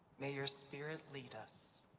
may your spirit lead us.